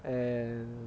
and